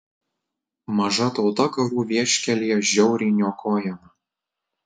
maža tauta karų vieškelyje žiauriai niokojama